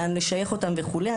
לאן לשייך אותם וכולי.